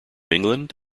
england